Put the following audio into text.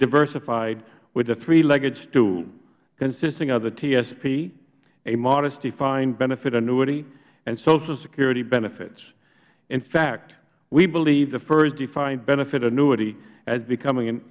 diversified with a threelegged stool consisting of the tsp a modest defined benefit annuity and social security benefits in fact we believe the fers defined benefit annuity has becom